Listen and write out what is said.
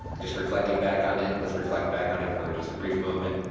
just reflecting back on it. let's reflect back on it for just a brief moment.